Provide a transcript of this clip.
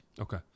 Okay